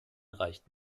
reicht